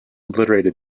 obliterated